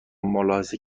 ملاحظه